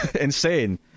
insane